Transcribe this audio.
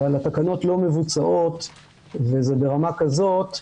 אבל התקנות לא מבוצעות וזה ברמה כזאת,